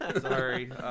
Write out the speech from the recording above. Sorry